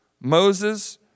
Moses